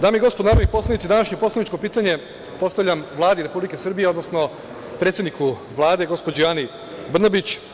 Dame i gospodo narodni poslanici, današnje poslaničko pitanje postavljam Vladi Republike Srbije, odnosno predsedniku Vlade gospođi Ani Brnabić.